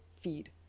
feed